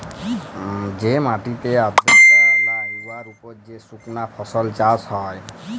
যে মাটিতে আর্দ্রতা লাই উয়ার উপর যে সুকনা ফসল চাষ হ্যয়